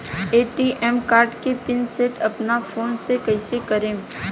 ATM card के pin set अपना phone से कइसे करेम?